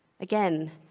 Again